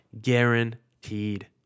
guaranteed